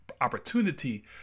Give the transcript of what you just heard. opportunity